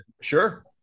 Sure